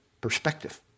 Perspective